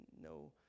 no